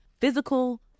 physical